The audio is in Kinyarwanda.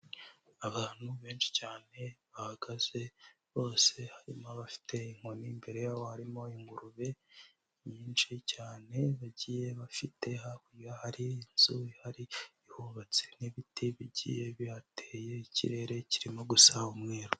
Abantu benshi cyane bahagaze bose harimo abafite inkoni imbere yabo harimo ingurube nyinshi cyane bagiye bafite, hakurya hari inzuhari ihubatse n'ibiti bigiye bihateye ikirere kirimo gusa umweru.